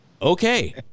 okay